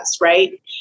right